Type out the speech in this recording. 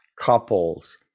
couples